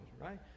right